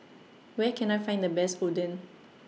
Where Can I Find The Best Oden